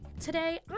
Today